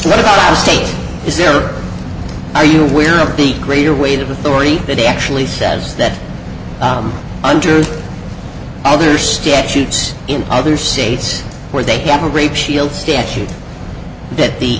state is there or are you aware of the greater weight of authority that he actually says that under other statutes in other states where they have a rape shield statute that the